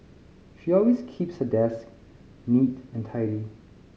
she always keeps her desk neat and tidy